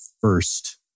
first